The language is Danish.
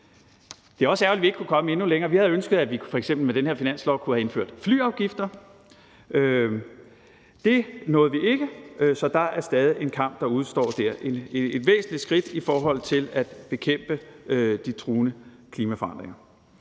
Det er også ærgerligt, at vi ikke kunne komme endnu længere. Vi havde ønsket, at vi f.eks. med den her finanslov kunne have indført flyafgifter. Det nåede vi ikke, så der er stadig en kamp, der udestår der, altså et væsentligt skridt i forhold til at bekæmpe de truende klimaforandringer.